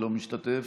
לא משתתף.